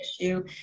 issue